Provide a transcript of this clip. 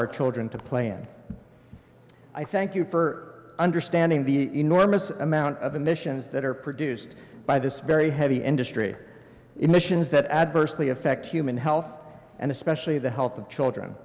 our children to play and i thank you for understanding the enormous amount of emissions that are produced by this very heavy industry emissions that adversely affect human health and especially the health of children